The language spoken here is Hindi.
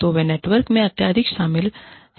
तो वे नेटवर्क मैं अत्यधिक शामिल हैं